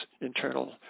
internal